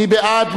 מי בעד?